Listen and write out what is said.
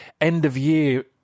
end-of-year